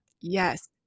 yes